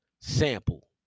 sample